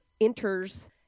enters